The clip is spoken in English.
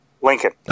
lincoln